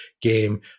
game